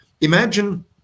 Imagine